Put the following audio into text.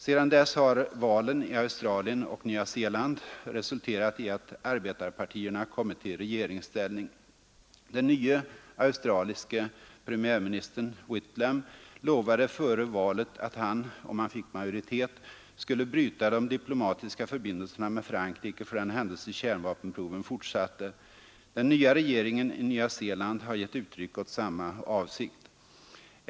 Sedan dess har valen i Australien och Nya Zeeland resulterat i att arbetarpartierna kommit i regeringsställning. Den nye australiske premiärministern, Gough Whitlam, lovade före valet att han, om han fick majoritet, skulle bryta de diplomatiska förbindelserna med Frankrike för den händelse kärnvapenproven fortsatte. Den nya regeringen i Nya Zeeland har gett uttryck åt samma avsikt.